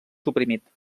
suprimit